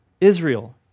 Israel